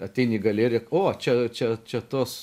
ateini į galeriją o čia čia čia tos